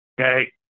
Okay